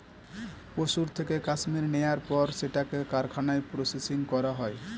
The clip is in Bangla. পশুর থেকে কাশ্মীর নেয়ার পর সেটাকে কারখানায় প্রসেসিং করা হয়